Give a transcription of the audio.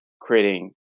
creating